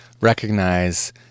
recognize